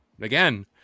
Again